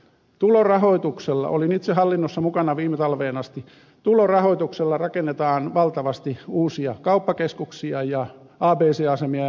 tulorahoituksella olin itse hallinnossa mukana viime talveen asti rakennetaan valtavasti uusia kauppakeskuksia ja abc asemia ja muita tällaisia